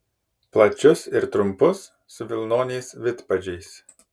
plačius ir trumpus su vilnoniais vidpadžiais